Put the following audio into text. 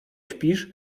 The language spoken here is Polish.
śpisz